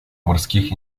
морских